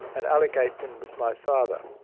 and alec aitkin was my father.